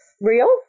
real